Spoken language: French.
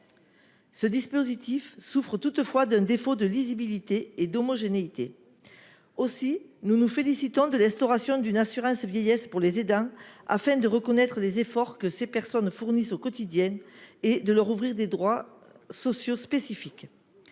Ce dispositif souffre toutefois d'un défaut de lisibilité et d'homogénéité. Aussi, nous nous félicitons de l'instauration d'une assurance vieillesse pour les aidants afin de reconnaître les efforts que ces personnes fournissent au quotidien et de leur ouvrir des droits sociaux spécifiques.